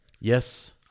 yes